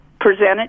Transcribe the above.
presented